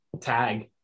tag